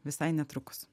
visai netrukus